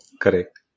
correct